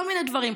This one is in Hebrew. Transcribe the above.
כל מיני דברים,